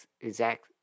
exact